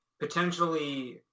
potentially